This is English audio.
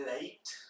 Late